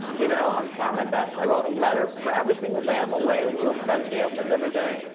you know i'm trying my best. i wrote a letter for every single day i'm away with a little present he opens every day.